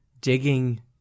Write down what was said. digging